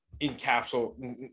encapsulate